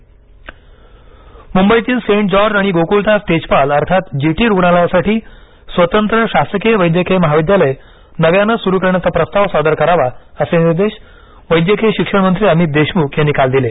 वैद्यकीय महाविद्यालय मुंबईतील सेंट जॉर्ज आणि गोक्ळदास तेजपाल अर्थात जीटी रुग्णालयासाठी स्वतंत्र शासकीय वैद्यकीय महाविद्यालय नव्यानं सुरू करण्याचा प्रस्ताव सादर करावा असे निर्देश वैद्यकीय शिक्षण मंत्री अमित देशमुख यांनी काल दिले